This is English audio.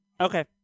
Okay